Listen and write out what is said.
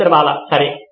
professor Bala సరే